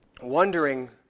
wondering